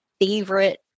favorite